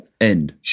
end